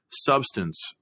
substance